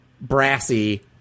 brassy